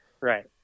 Right